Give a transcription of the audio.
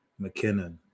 McKinnon